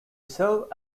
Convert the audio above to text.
serve